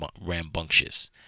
rambunctious